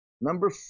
Number